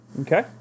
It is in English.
Okay